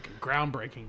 groundbreaking